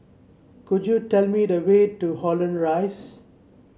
could you tell me the way to Holland Rise